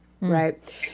Right